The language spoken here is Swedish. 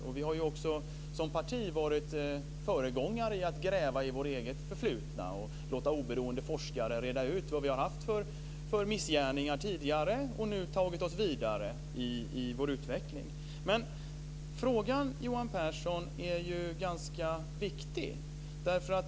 Som parti har också Vänsterpartiet varit föregångare när det gäller att gräva i vårt eget förflutna och låta oberoende forskare reda ut vad partiet har haft för missgärningar tidigare. Och nu har vi tagit oss vidare i vår utveckling. Frågan är ganska viktig, Johan Pehrson.